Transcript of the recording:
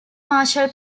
marshall